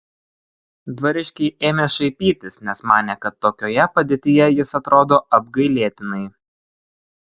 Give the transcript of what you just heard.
dvariškiai ėmė šaipytis nes manė kad tokioje padėtyje jis atrodo apgailėtinai